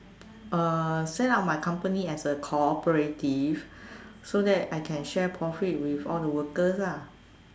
uh set up my company as a cooperative so that I can share profit with all the workers ah